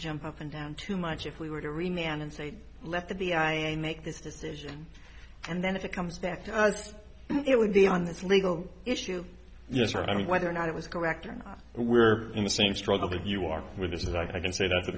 jump up and down too much if we were to remain on and say left to be i and make this decision and then if it comes back to us it would be on this legal issue yes i mean whether or not it was correct or not we're in the same struggle that you are with is that i can say that t